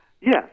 Yes